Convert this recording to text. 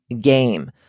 game